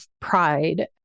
Pride